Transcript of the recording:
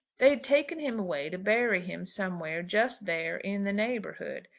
they'd taken him away to bury him somewhere just there in the neighbourhood.